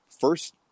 first